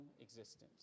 existence